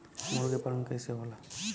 मुर्गी पालन कैसे होला?